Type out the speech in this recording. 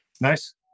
nice